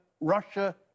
Russia